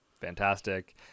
Fantastic